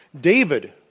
David